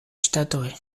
ŝtatoj